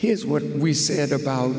here's what we said about